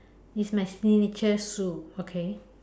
it's my signature shoe okay